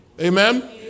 Amen